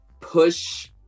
push